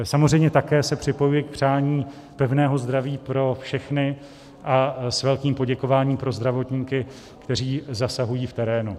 Samozřejmě se také připojuji k přání pevného zdraví pro všechny a s velkým poděkováním pro zdravotníky, kteří zasahují v terénu.